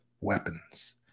weapons